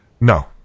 No